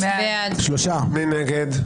מי נגד?